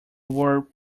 word